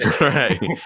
Right